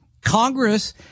Congress